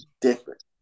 different